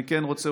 ואני כן רוצה,